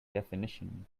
definition